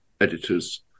editors